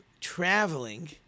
traveling